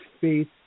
faith